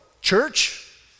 church